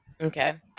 Okay